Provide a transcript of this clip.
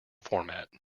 format